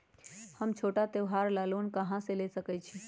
हम छोटा त्योहार ला लोन कहां से ले सकई छी?